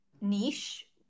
niche